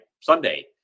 Sunday